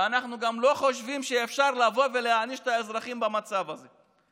ואנחנו גם לא חושבים שאפשר לבוא ולהעניש את האזרחים במצב הזה.